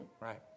Right